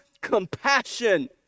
compassion